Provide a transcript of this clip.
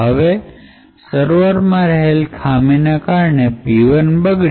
હવે સર્વર માં રહેલ ખામીને કારણે p ૧ બગડી